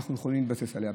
ואנחנו יכולים להתבסס עליה?